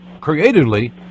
creatively